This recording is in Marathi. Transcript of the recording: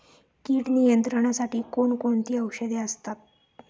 कीड नियंत्रणासाठी कोण कोणती औषधे असतात?